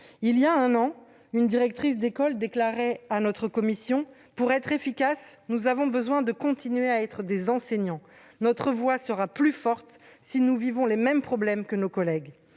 Il y a un an, une directrice d'école déclarait à notre commission :« Pour être efficaces, nous avons besoin de continuer à être enseignants. Notre voix sera plus forte si nous vivons les mêmes problèmes que nos collègues. »